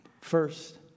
First